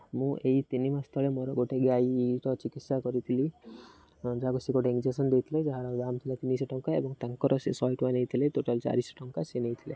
ମୁଁ ଏହି ତିନି ମାସ ତଳେ ମୋର ଗୋଟେ ଗାଈର ଚିକିତ୍ସା କରିଥିଲି ଯାହାକୁ ସେ ଗୋଟେ ଇଞ୍ଜେକ୍ସନ୍ ଦେଇଥିଲେ ଯାହାର ଦାମ୍ ଥିଲା ତିନିଶହ ଟଙ୍କା ଏବଂ ତାଙ୍କର ସେ ଶହେ ଟଙ୍କା ନେଇଥିଲେ ଟୋଟାଲ୍ ଚାରିଶହ ଟଙ୍କା ସେ ନେଇଥିଲେ